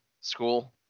school